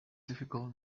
difficult